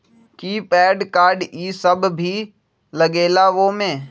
कि pan card इ सब भी लगेगा वो में?